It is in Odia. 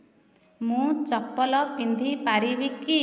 ମୁଁ ଚପଲ ପିନ୍ଧି ପାରିବି କି